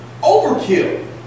overkill